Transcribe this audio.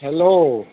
hello